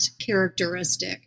characteristic